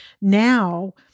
now